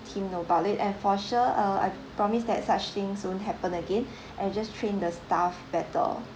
team know about it and for sure uh I promise that such things won't happen again and just train the staff better